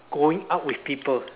going out with people